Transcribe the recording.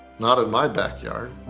not in my backyard.